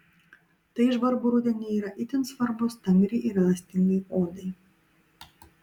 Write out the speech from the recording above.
tai žvarbų rudenį yra itin svarbus stangriai ir elastingai odai